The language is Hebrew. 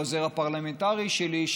העוזר הפרלמנטרי שלי,